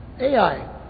Ai